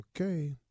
Okay